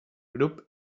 grup